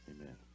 amen